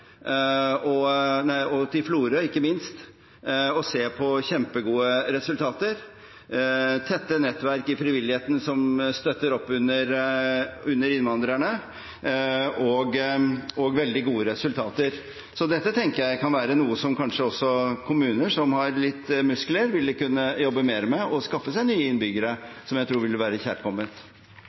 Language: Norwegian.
og til Florø, ikke minst – og se kjempegode resultater. De har tette nettverk i frivilligheten som støtter opp under innvandrerne, og veldig gode resultater. Så dette tenker jeg kan være noe som kanskje også kommuner som har litt muskler, ville kunne jobbe mer med, og skaffe seg nye innbyggere, som jeg tror ville være